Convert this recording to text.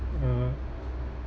uh